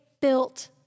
built